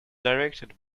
directed